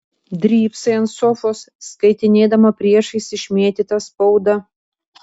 drybsai ant sofos skaitinėdama priešais išmėtytą spaudą